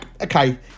okay